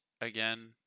again